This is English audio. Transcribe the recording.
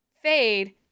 fade